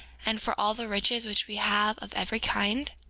and for all the riches which we have of every kind?